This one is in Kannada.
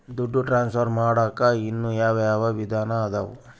ದುಡ್ಡು ಟ್ರಾನ್ಸ್ಫರ್ ಮಾಡಾಕ ಇನ್ನೂ ಯಾವ ಯಾವ ವಿಧಾನ ಅದವು?